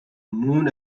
moon